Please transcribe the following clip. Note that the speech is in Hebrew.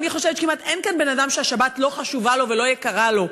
אני חושבת שכמעט אין כאן בן-אדם שהשבת לא חשובה לו ולא יקרה לו.